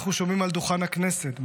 אנחנו שומעים על דוכן הכנסת,